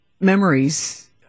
memories